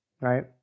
right